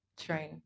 train